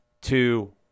two